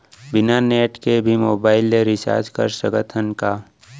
बिना नेट के भी मोबाइल ले रिचार्ज कर सकत हन का?